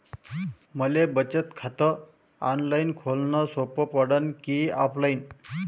मले बचत खात ऑनलाईन खोलन सोपं पडन की ऑफलाईन?